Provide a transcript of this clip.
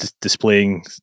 displaying